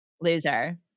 loser